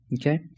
Okay